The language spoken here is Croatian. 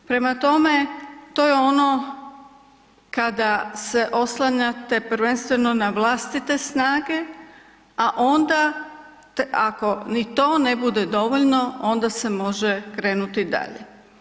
Prema tome, to je ono kada se oslanjate prvenstveno na vlastite snage, a onda ako ni to ne bude dovoljno onda se može krenuti dalje.